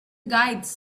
guides